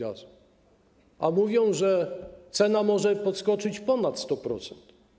A mówią, że cena może podskoczyć ponad 100%.